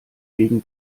gegen